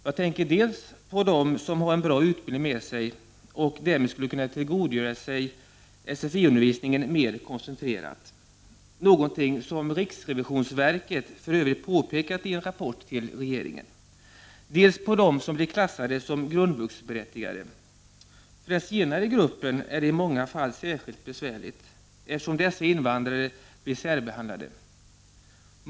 Jag tänker dels på dem som har en bra utbildning med sig och därmed skulle kunna tillgodogöra sig sfi-undervisningen mer koncentrerat — någonting som riksrevisionsverket för övrigt påpekat i en rapport till regeringen — dels på dem som blir klassade som grundvuxberättigade. För den senare gruppen är det i många fall särskilt besvärligt, eftersom dessa invandrare blir särbehandlade.